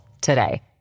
today